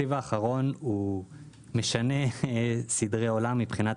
התקציב האחרון משנה סדרי עולם מבחינת